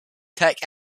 tech